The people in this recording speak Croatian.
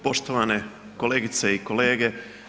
Poštovane kolegice i kolege.